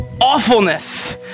awfulness